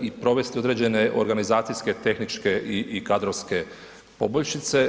i provesti određene organizacijske, tehničke i kadrovske poboljšice.